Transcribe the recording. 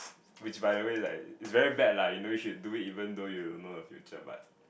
which by the way like it's very bad lah you know you should do it even though you know the future but